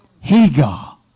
Hagar